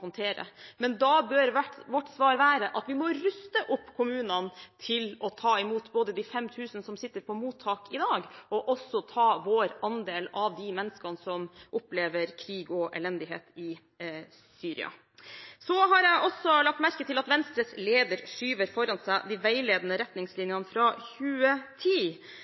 håndtere. Men da bør vårt svar være at vi må ruste kommunene til å ta imot både de 5 000 som sitter på mottak i dag, og vår andel av de menneskene i Syria som opplever krig og elendighet. Jeg har lagt merke til at Venstres leder skyver foran seg som det store problemet i denne saken de veiledende retningslinjene fra 2010,